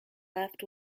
left